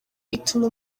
ituma